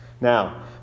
Now